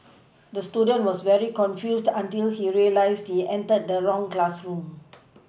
the student was very confused until he realised he entered the wrong classroom